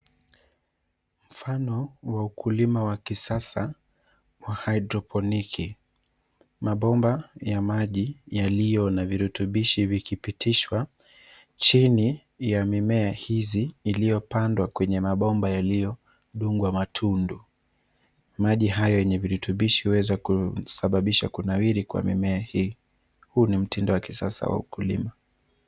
Mfano wa ukulima wa kisasa wa hydroponiki. Mabomba ya maji yaliyo na virutubishi vikipitishwa chini ya mimea hizi iliyopandwa kwenye mabomba yaliyodungwa matundu. Maji hayo yenye virutubishi huweza kusababisha kunawiri kwa mimea hii. Huu ni mtindo wa kisasa wa ukulima.